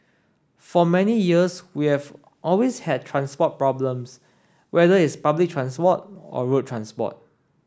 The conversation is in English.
for many years we have always had transport problems whether it's public transport or road transport